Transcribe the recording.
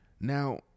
Now